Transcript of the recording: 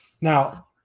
Now